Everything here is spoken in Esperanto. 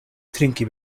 trinki